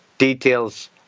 Details